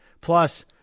Plus